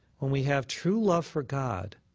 when we have true love for god,